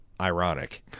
ironic